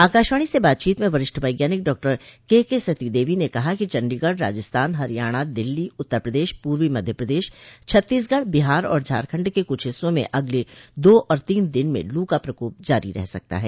आकाशवाणी से बातचीत में वरिष्ठ वैज्ञानिक doctor K K Sati Devi ने कहा कि चंडीगढ राजस्थान हरियाणा दिल्ली उत्तर प्रदेश पूर्वी मध्य प्रदेश छत्तीसगढ़ बिहार और झारखंड के कुछ हिस्सों में अगले दो और तीन दिन में लू का प्रकोप जारी रह सकता है